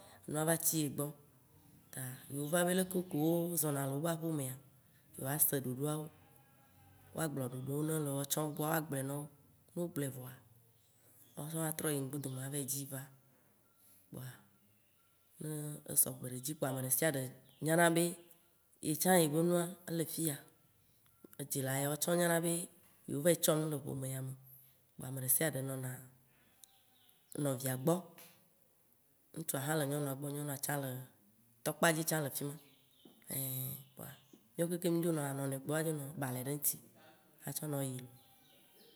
Enua va tsi ye gbɔ, ta yewo va be leke ke wo zɔ̃na le wobe aƒemea, yewo ase ɖoɖoawo, woagblɔ ɖoɖo newo le woawo tsã wo gbɔa, woagblɔe na wo. Ne wo gblɔe vɔa, woawo tsã woa trɔ yi mgbedome ava yi dzi va kpoa ne esɔgbe ɖe edzi kpoa, amesiame nyana be, ye tsã ye be nua, ele fiya, edzila yawo tsã wo nyana be yewo va yi tsɔ ne le ƒome ya me. Kpoa ameɖesiaɖe nɔna nɔvia gbɔ. Ŋutsua hã le nyɔnua gbɔ, nyɔnua tsã le tɔ kpadzi tsã le fima, ein kpoa mìɔ kekem mì dzo nɔna nɔnɔewo gbɔ adzo nɔ balɛ ɖe eŋti atsɔ nɔ yi loo